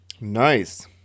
Nice